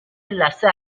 لثه